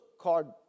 called